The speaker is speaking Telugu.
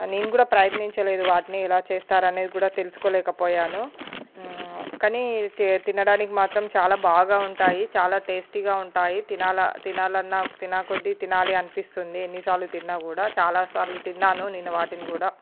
నేను కూడా ప్రయత్నించలేదు వాటిని ఇలా చేస్తారు అనేది కూడా తెలుసుకోలేకపోయాను కానీ తి తినడానికి మాత్రం చాలా బాగా ఉంటాయి చాలా టేస్టీగా ఉంటాయి తినాల తినాలన్నా తినాకొద్ది తినాలి అనిపిస్తుంది ఎన్నిసార్లు తిన్నా కూడా చాలాసార్లు తిన్నాను నేను వాటిని కూడా